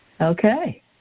Okay